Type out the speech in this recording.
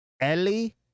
Ellie